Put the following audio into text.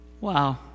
wow